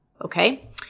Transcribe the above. okay